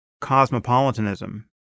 cosmopolitanism